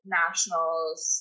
nationals